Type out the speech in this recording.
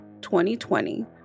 2020